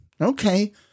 Okay